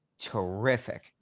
terrific